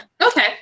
Okay